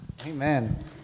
Amen